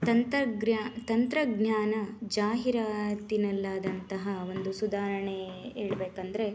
ತಂತಗ್ರ್ಯ ತಂತ್ರಜ್ಞಾನ ಜಾಹೀರಾತಿನಲ್ಲಾದಂತಹ ಒಂದು ಸುಧಾರಣೆ ಹೇಳಬೇಕೆಂದರೆ